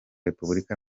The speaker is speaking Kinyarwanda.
repubulika